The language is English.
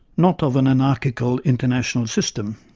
not of an anarchical international system.